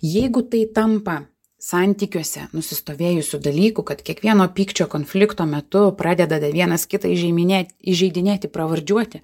jeigu tai tampa santykiuose stovėjusių dalykų kad kiekvieno pykčio konflikto metu pradeda vienas kitą įžyminėt įžeidinėti pravardžiuoti